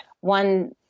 One